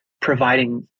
providing